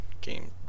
game